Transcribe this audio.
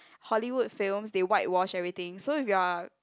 Hollywood films they white wash everything so if you're